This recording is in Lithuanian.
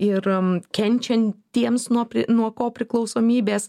ir kenčiantiems nuo nuo kopriklausomybės